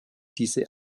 diese